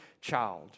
child